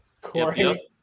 Corey